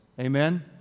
Amen